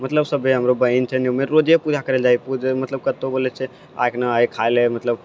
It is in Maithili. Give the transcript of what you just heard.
मतलब सबे हमरो बहीन छै रोजे पूजा करै लए जाइ छै मतलब कतौ बोलै छै आइ खिना आइ खाय लए मतलब